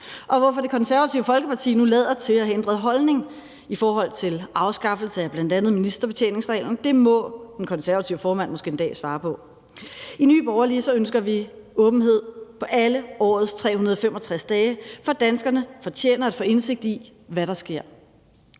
og hvorfor Det Konservative Folkeparti nu lader til at have ændret holdning i forhold til afskaffelse af bl.a. ministerbetjeningsreglen, må den konservative formand måske en dag svare på. I Nye Borgerlige ønsker vi åbenhed på alle årets 365 dage, for danskerne fortjener at få indsigt i, hvad der sker.